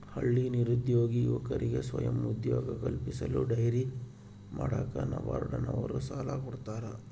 ಹಳ್ಳಿ ನಿರುದ್ಯೋಗಿ ಯುವಕರಿಗೆ ಸ್ವಯಂ ಉದ್ಯೋಗ ಕಲ್ಪಿಸಲು ಡೈರಿ ಮಾಡಾಕ ನಬಾರ್ಡ ನವರು ಸಾಲ ಕೊಡ್ತಾರ